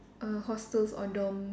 err hostels or dorm